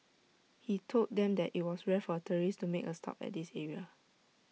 he told them that IT was rare for tourists to make A stop at this area